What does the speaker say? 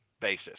basis